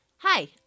Hi